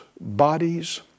bodies